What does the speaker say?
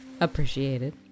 Appreciated